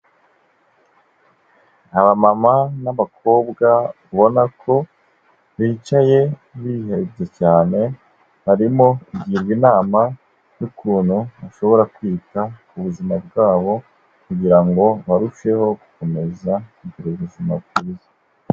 Abamama n'abakobwa ubona ko bicaye bihebye cyane, barimo kugirwa inama y'ukuntu bashobora kwita ku buzima bwabo kugira barusheho gukomeza kugira ubuzima bwiza.